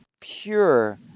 pure